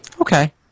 Okay